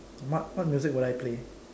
what what music will I play